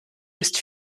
ist